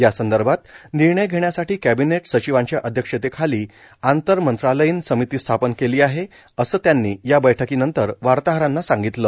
यासंदर्भात निर्णय घेण्यासाठी कॅबिनेट सचिवांच्या अध्यक्षतेखाली आंतर मंत्रालयीन समिती स्थापन केली आहे असं त्यांनी या बैठकीनंतर वार्ताहरांना सांगितलं